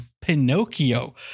Pinocchio